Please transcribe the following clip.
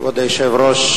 כבוד היושב-ראש,